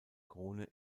krone